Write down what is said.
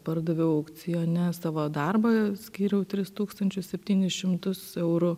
pardaviau aukcione savo darbą skyriau tris tūkstančius septynis šimtus eurų